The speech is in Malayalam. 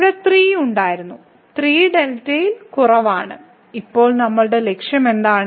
ഇവിടെ 3 ഉണ്ടായിരുന്നു 3δ ൽ കുറവാണ് ഇപ്പോൾ നമ്മളുടെ ലക്ഷ്യം എന്താണ്